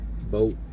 boat